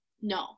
no